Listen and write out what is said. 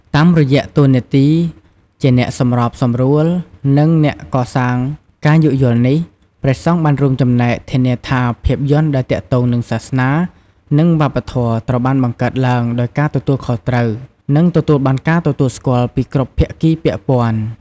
តាមរយៈតួនាទីជាអ្នកសម្របសម្រួល និងអ្នកកសាងការយោគយល់នេះ ព្រះសង្ឃបានរួមចំណែកធានាថា ភាពយន្តដែលទាក់ទងនឹងសាសនា និងវប្បធម៌ត្រូវបានបង្កើតឡើងដោយការទទួលខុសត្រូវ និងទទួលបានការទទួលស្គាល់ពីគ្រប់ភាគីពាក់ព័ន្ធ។